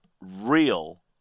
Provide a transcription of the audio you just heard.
real